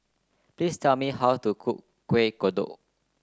please tell me how to cook Kuih Kodok